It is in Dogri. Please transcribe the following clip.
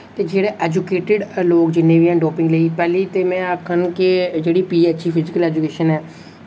ते जेह्ड़े एजुकेटेड लोग जिन्ने बी हैन डोपिंग लेई पैह्ली ते में आखां कि जेह्ड़ी पीएच्ई फिजिकल एजुकेशन ऐ